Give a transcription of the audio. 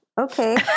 Okay